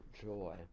joy